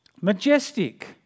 majestic